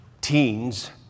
teens